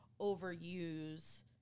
overuse